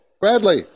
Bradley